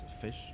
fish